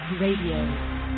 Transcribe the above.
Radio